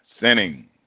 Sinning